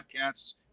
podcasts